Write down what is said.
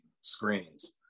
screens